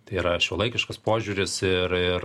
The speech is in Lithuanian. tai yra šiuolaikiškas požiūris ir ir